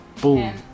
boom